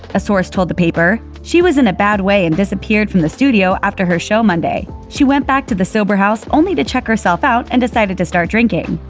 a source told the paper, she was in a bad way and disappeared from the studio after her show monday. she went back to the sober house only to check herself out and decided to start drinking.